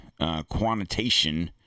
quantitation